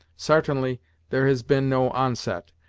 sartainly there has been no onset,